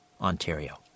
Ontario